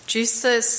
Jesus